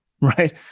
right